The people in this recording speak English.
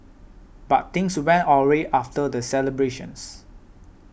but things went awry after the celebrations